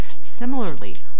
Similarly